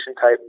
type